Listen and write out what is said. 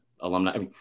alumni